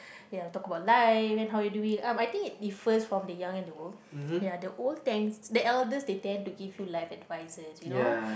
ya we talk about life and how you doing uh I think it differs from the young and the old ya the old the elders they tend to give you life advice you know